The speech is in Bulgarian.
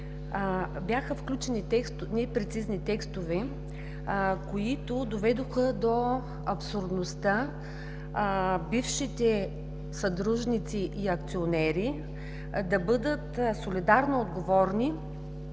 бяха включени непрецизни текстове, които доведоха до абсурдността бившите съдружници и акционери да бъдат солидарно отговорни